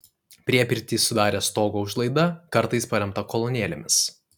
priepirtį sudarė stogo užlaida kartais paremta kolonėlėmis